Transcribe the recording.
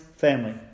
Family